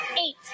Eight